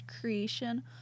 creation